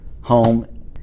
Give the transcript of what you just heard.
home